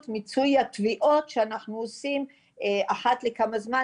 מיצוי התביעות שאנחנו עושים אחת לכמה זמן,